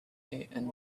and